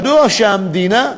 מדוע שהמדינה,